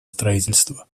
строительства